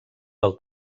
del